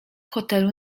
hotelu